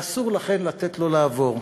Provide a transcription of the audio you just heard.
ואסור, לכן, לתת לו לעבור.